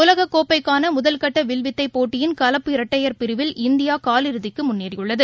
உலகக்கோப்பைக்னனமுதல்கட்டவில்வித்தைப் போட்டியின் கலப்பு இரட்டையர் பிரிவில் இந்தியாகால் இறதிக்குமுன்னேறியுள்ளது